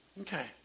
Okay